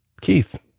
Keith